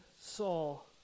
Saul